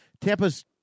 Tampa's